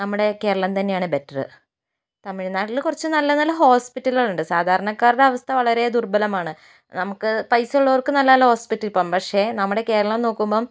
നമ്മുടെ കേരളം തന്നെയാണ് ബെറ്റർ തമിഴ്നാട്ടിൽ കുറച്ച് നല്ല നല്ല ഹോസ്പിറ്റലുകളുണ്ട് സാധാരണക്കാരുടെ അവസ്ഥ വളരെ ദുബലമാണ് നമുക്ക് പൈസ ഉള്ളവർക്ക് നല്ല നല്ല ഹോസ്പിറ്റലിൽ പോകാം പക്ഷെ നമ്മുടെ കേരളം നോക്കുമ്പം